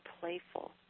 playful